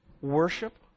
worship